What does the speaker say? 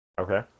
okay